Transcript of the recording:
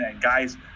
guys